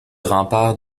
rempart